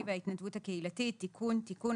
וההתנדבות הקהילתית)(תיקון) (תיקון),